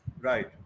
Right